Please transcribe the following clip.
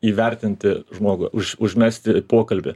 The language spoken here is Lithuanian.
įvertinti žmogų už užmegzti pokalbį